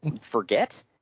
forget